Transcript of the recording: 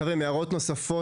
חברים, הערות נוספות?